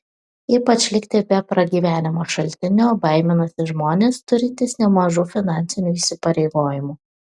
ypač likti be pragyvenimo šaltinio baiminasi žmonės turintys nemažų finansinių įsipareigojimų